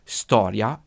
storia